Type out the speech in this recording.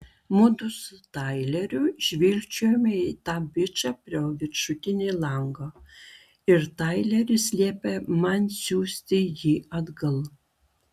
mudu su taileriu žvilgčiojame į tą bičą pro viršutinį langą ir taileris liepia man siųsti jį atgal